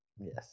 Yes